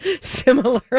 similarly